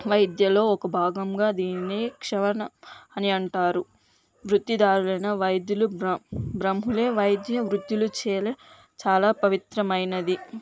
వైద్యలో ఒక భాగంగా దీనిని క్షవన అని అంటారు వృత్తి దారులైన వైద్యులు బ్ర బ్రహ్ములే వైద్య వృత్తులు చేయాలి చాలా పవిత్రమైనది